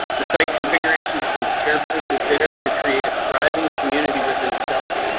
the site configuration has been carefully considered to create a thriving community within itself.